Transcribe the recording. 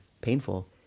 painful